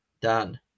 Dan